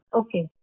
okay